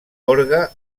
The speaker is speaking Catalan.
orgue